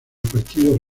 partido